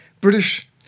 British